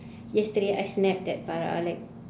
yesterday I snapped at farah like